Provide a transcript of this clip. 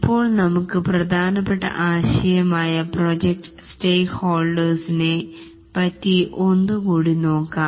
ഇപ്പോൾ നമുക് പ്രധാനപ്പെട്ട ആശയമായ പ്രോജക്ട് സ്റ്റേക്കഹോൾഡേഴ്സിനെ പറ്റി ഒന്നു കൂടി നോക്കാം